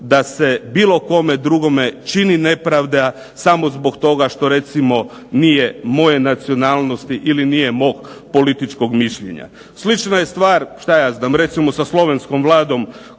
da se bilo kome drugome čini nepravda samo zbog toga što recimo nije moje nacionalnosti ili nije mog političkog mišljenja. Slična je stvar šta ja znam recimo sa slovenskom Vladom